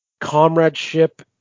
comradeship